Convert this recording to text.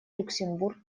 люксембург